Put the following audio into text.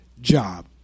job